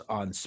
on